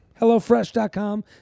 HelloFresh.com